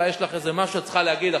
אלא יש לך איזה משהו שאת צריכה להגיד עכשיו.